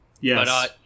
Yes